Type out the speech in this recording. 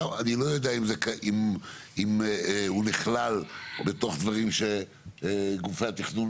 אני לא יודע אם הוא נכלל בתוך דברים שגופי התכנון